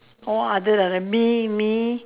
oh other ah mee mee